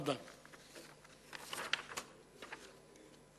תפאדל.